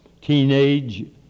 teenage